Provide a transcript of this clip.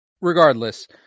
regardless